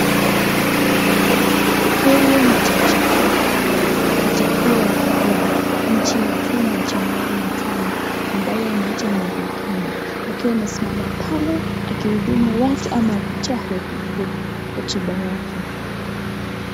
Huyu ni jaji kuu jaji, kuu wa nchi ya Jamhuri ya Kenya ambaye anaitwa Martha Koome akiwa amesimama pale akihudumia watu au akitoa hotuba yake.